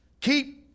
Keep